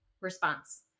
response